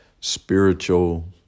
spiritual